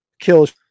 Kills